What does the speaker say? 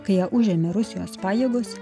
kai ją užėmė rusijos pajėgos